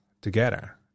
together